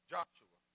Joshua